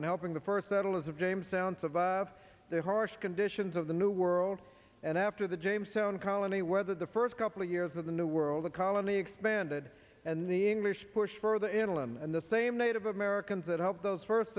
in helping the first settlers of james sounds of the harsh conditions of the new world and after the jamestown colony whether the first couple of years of the new world a colony expanded the english pushed further inland and the same native americans that helped those first